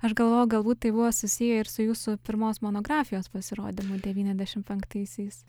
aš galvoju galbūt tai buvo susiję ir su jūsų pirmos monografijos pasirodymu devyniadešim penktaisiais